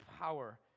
power